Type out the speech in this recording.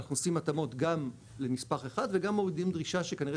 אנחנו עושים התאמות גם לנספח אחד וגם מורידים דרישה שכנראה